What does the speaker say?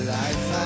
life